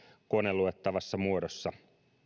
koneluettavassa muodossa